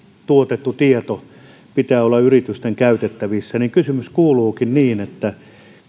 tuotetun tiedon pitää olla yritysten käytettävissä niin kysymys kuuluukin